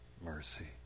mercy